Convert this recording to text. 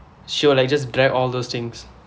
sure like just drag all those things